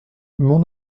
mon